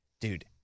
dude